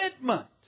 commitment